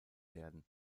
werden